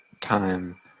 time